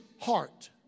heart